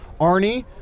Arnie